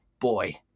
boy